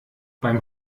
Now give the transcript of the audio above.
beim